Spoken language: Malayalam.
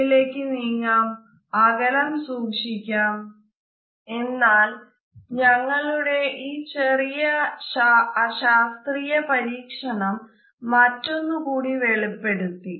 പുറകിലേക്കു നീങ്ങാo അകലം സൂക്ഷിക്കാം എന്നാൽ ഞങ്ങളുടെ ഈ ചെറിയ അശാസ്ത്രീയ പരീക്ഷണം മറ്റൊന്ന് കൂടി വെളിപ്പെടുത്തി